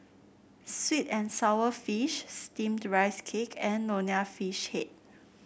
sweet and sour fish steamed Rice Cake and Nonya Fish Head